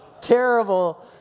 Terrible